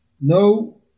No